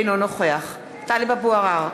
אינו נוכח טלב אבו עראר,